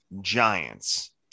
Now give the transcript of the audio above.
Giants